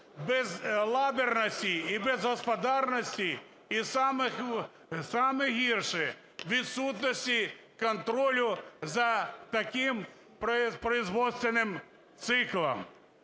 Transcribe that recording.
безалаберності і безгосподарності, і саме гірше - відсутності контролю за таким проізводственним циклом,